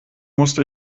musste